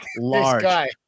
large